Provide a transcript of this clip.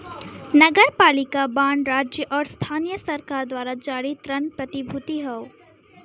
नगरपालिका बांड राज्य आउर स्थानीय सरकार द्वारा जारी ऋण प्रतिभूति हौ